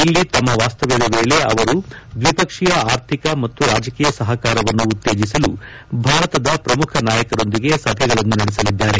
ಇಲ್ಲಿ ತಮ್ಮ ವಾಸ್ತವ್ಯದ ವೇಳೆ ಅವರು ದ್ವಿಪಕ್ಷೀಯ ಆರ್ಥಿಕ ಮತ್ತು ರಾಜಕೀಯ ಸಹಕಾರವನ್ನು ಉತ್ತೇಜಿಸಲು ಭಾರತದ ಪ್ರಮುಖ ನಾಯಕರೊಂದಿಗೆ ಸಭೆಗಳನ್ನು ನಡೆಸಲಿದ್ದಾರೆ